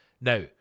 Now